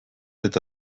eta